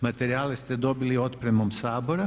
Materijale ste dobili otpremom Sabora.